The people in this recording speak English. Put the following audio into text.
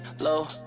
low